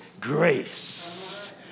grace